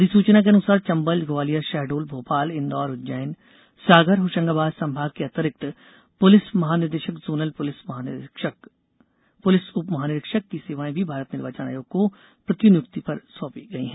अधिसूचना के अनुसार चम्बल ग्वालियर शहडोल भोपाल इंदौर उज्जैन सागर होशंगाबाद संभाग के अतिरिक्त पुलिस महानिदेशक जोनल पुलिस महानिरीक्षक पुलिस उप महानिरीक्षक की सेवाएं भी भारत निर्वाचन आयोग को प्रतिनियुक्ति पर सौंपी गई है